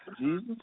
Jesus